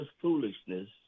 foolishness